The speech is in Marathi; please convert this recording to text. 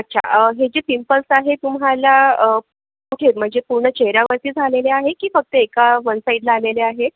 अच्छा हे जे पिंपल्स आहेत तुम्हाला कुठे आहेत म्हणजे पूर्ण चेहऱ्यावरती झालेले आहे की फक्त एका वन साईडला आलेले आहेत